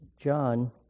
John